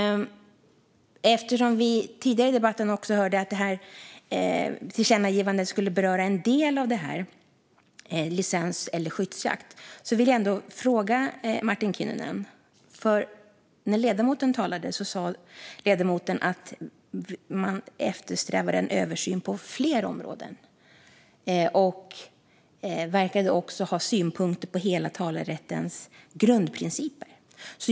Eftersom vi tidigare i debatten hörde att tillkännagivandet skulle beröra en del av detta med licens eller skyddsjakt vill jag fråga Martin Kinnunen något. När ledamoten talade sa han nämligen att man eftersträvar en översyn på fler områden, och han verkade också ha synpunkter på hela talerättens grundprinciper.